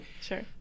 sure